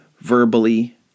verbally